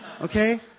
okay